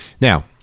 Now